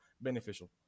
beneficial